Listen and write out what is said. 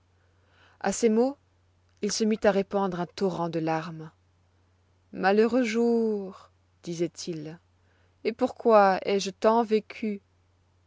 à ces mots il se mit à répandre un torrent de larmes malheureux jour disoit-il et pourquoi ai-je tant vécu